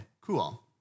cool